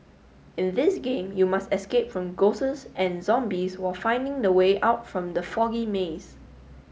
in this game you must escape from ghosts and zombies while finding the way out from the foggy maze